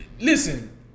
Listen